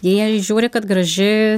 jie žiūri kad graži